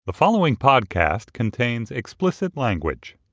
the following podcast contains explicit language